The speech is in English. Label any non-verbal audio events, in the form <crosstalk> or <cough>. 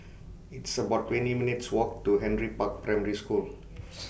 It's about twenty minutes' Walk to Henry Park Primary School <noise>